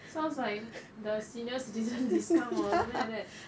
sounds like the senior citizen discount or something like that